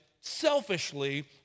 selfishly